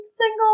single